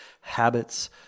habits